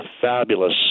fabulous